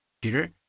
Peter